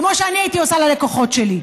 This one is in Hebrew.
כמו שאני הייתי עושה ללקוחות שלי.